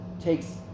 takes